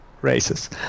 races